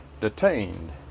detained